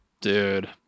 Dude